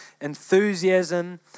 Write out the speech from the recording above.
enthusiasm